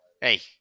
hey